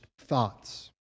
thoughts